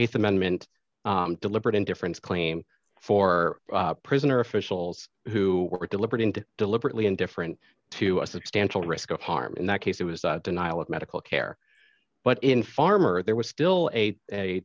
th amendment deliberate indifference claim for prisoner officials who were deliberate and deliberately indifferent to a substantial risk of harm in that case it was the denial of medical care but in farmer there was still a